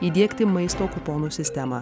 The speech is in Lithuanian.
įdiegti maisto kuponų sistemą